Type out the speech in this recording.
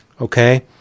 Okay